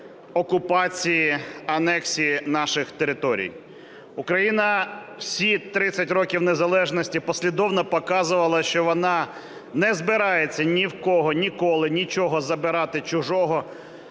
окупації, анексії наших територій. Україна всі 30 років незалежності послідовно показувала, що вона не збирається ні в кого ніколи нічого забирати чужого,